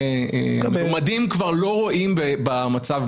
וכשאני אשאל משפטן חוקתי מדוע משפטן חוקתי אחר מזכיר